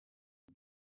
had